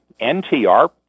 NTR